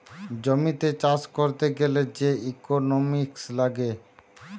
জমিতে চাষ করতে গ্যালে যে ইকোনোমিক্স লাগে